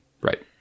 Right